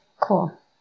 cool